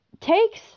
takes